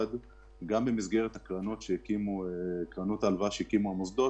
גם במסגרת קרנות ההלוואה שהקימו המוסדות